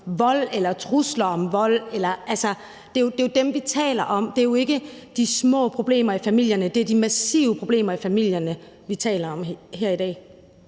vold eller trusler om vold. Altså, det er jo dem, vi taler om. Det er jo ikke de små problemer i familierne, men det er de massive problemer i familierne, vi taler om her i dag.